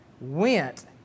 went